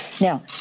Now